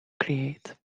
create